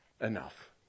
enough